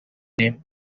name